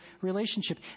relationship